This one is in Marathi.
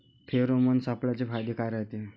फेरोमोन सापळ्याचे फायदे काय रायते?